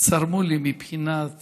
צרמו לי מבחינת